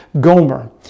Gomer